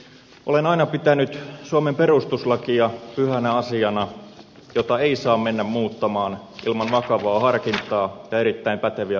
olen aina pitänyt suomen perustuslakia pyhänä asiana jota ei saa mennä muuttamaan ilman vakavaa harkintaa ja erittäin päteviä perusteita